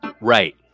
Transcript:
right